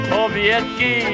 obietki